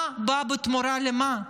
מה בא בתמורה למה,